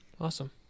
awesome